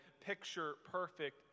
picture-perfect